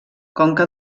conca